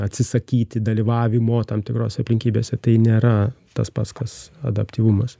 atsisakyti dalyvavimo tam tikrose aplinkybėse tai nėra tas pats kas adaptyvumas